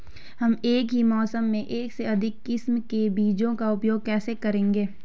हम एक ही मौसम में एक से अधिक किस्म के बीजों का उपयोग कैसे करेंगे?